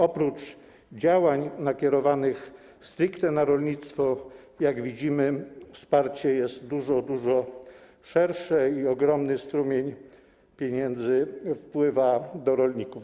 Oprócz działań nakierowanych stricte na rolnictwo, jak widzimy, wsparcie jest dużo, dużo szersze i ogromny strumień pieniędzy wpływa do rolników.